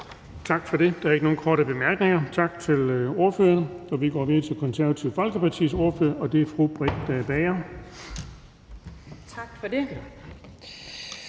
Tak for det. Der er ikke nogen korte bemærkninger. Tak til ordføreren. Vi går videre til Konservative Folkepartis ordfører, og det er fru Britt Bager. Kl.